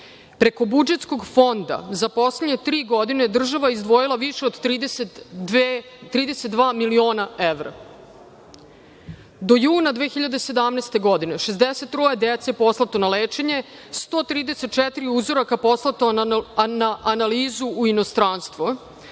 preko budžetskog fonda za poslednje tri godine država je izdvojila više od 32 miliona evra. Do juna 2017. godine 63 dece je poslato na lečenje, 134 uzoraka poslato na analizu u inostranstvo.